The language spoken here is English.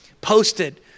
posted